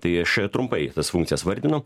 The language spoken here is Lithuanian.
tai aš trumpai tas funkcijas vardinu